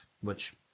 which-